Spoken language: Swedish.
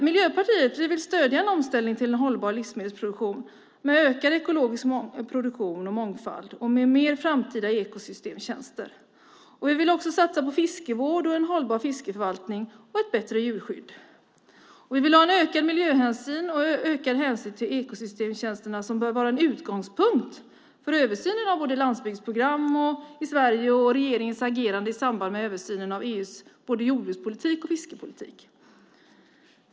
Miljöpartiet vill stödja en omställning till en hållbar livsmedelsproduktion med ökad ekologisk produktion och mångfald och med fler framtida ekosystemtjänster. Vi vill satsa på fiskevård och en hållbar fiskeförvaltning och ett bättre djurskydd. Vi vill ha en ökad miljöhänsyn och ökad hänsyn till ekosystemtjänsterna, som bör vara en utgångspunkt för översynen av både landsbygdsprogram i Sverige och regeringens agerande i samband med översynen av EU:s jordbrukspolitik och fiskepolitik.